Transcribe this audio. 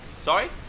Sorry